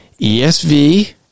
ESV